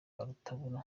rwarutabura